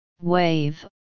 wave